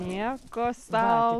nieko sau